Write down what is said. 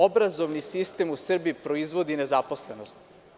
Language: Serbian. Obrazovni sistem u Srbiji proizvodi nezaposlenost.